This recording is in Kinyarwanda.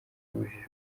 ubujiji